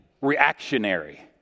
reactionary